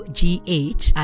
gh